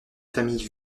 familles